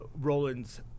Roland's